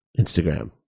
Instagram